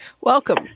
Welcome